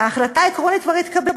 "ההחלטה העקרונית כבר התקבלה,